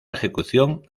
ejecución